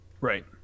Right